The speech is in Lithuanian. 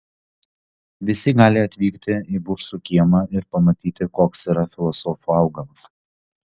visi gali atvykti į bursų kiemą ir pamatyti koks yra filosofų augalas